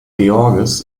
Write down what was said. george’s